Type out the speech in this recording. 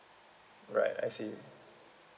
right I see